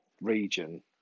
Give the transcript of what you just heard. region